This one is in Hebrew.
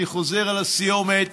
אני חוזר על הסיומת